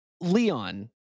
Leon